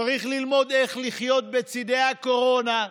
וצריך ללמוד איך לחיות בצד הקורונה.